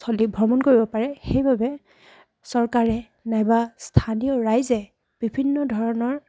স্থলী ভ্ৰমণ কৰিব পাৰে সেইবাবে চৰকাৰে নাইবা স্থানীয় ৰাইজে বিভিন্ন ধৰণৰ